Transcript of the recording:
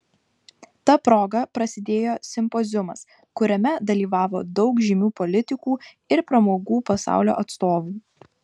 ta proga prasidėjo simpoziumas kuriame dalyvavo daug žymių politikų ir pramogų pasaulio atstovų